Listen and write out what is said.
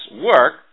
work